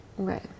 Right